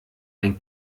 ein